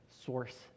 Source